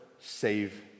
save